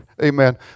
Amen